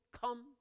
come